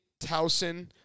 Towson